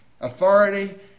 authority